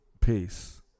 Peace